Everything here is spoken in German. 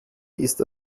ist